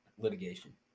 Litigation